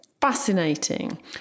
Fascinating